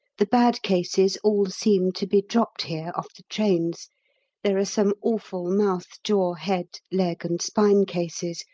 the bad cases all seem to be dropped here off the trains there are some awful mouth, jaw, head, leg, and spine cases,